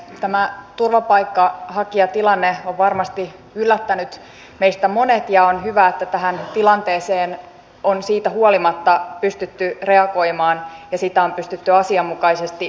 tämä turvapaikanhakijatilanne on varmasti yllättänyt meistä monet ja on hyvä että tähän tilanteeseen on siitä huolimatta pystytty reagoimaan ja sitä on pystytty asianmukaisesti hoitamaan